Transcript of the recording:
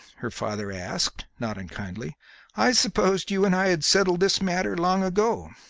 her father asked, not unkindly i supposed you and i had settled this matter long ago.